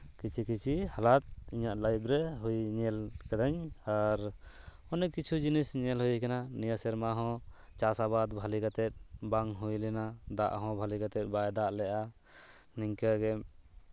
ᱠᱤᱪᱷᱤ ᱠᱤᱪᱷᱤ ᱦᱟᱞᱟᱛ ᱤᱧᱟᱹᱜ ᱞᱟᱹᱭᱤᱯᱷ ᱨᱮ ᱧᱮᱞ ᱠᱟᱹᱫᱟᱹᱧ ᱟᱨ ᱚᱱᱮᱠ ᱠᱤᱪᱷᱩ ᱡᱤᱱᱤᱥ ᱧᱮᱞ ᱦᱩᱭ ᱠᱟᱱᱟ ᱱᱤᱭᱟᱹ ᱥᱮᱨᱢᱟ ᱦᱚᱸ ᱪᱟᱥ ᱟᱵᱟᱫ ᱵᱷᱟᱹᱞᱤ ᱠᱟᱛᱮᱜ ᱵᱟᱝ ᱦᱩᱭ ᱞᱮᱱᱟ ᱫᱟᱜ ᱦᱚᱸ ᱵᱷᱟᱹᱞᱤ ᱠᱟᱛᱮᱜ ᱵᱟᱭ ᱫᱟᱜ ᱞᱮᱜᱼᱟ ᱱᱤᱝᱠᱟᱹᱜᱮ